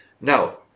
now